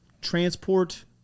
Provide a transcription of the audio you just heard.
transport